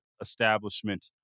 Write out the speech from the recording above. establishment